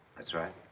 that's right.